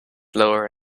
lower